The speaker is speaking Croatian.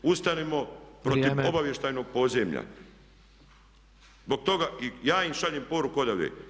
Ustanimo protiv obavještajnoj podzemlja [[Upadica Tepeš: Vrijeme!]] Zbog toga, i ja im šaljem poruku odavde.